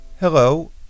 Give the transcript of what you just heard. Hello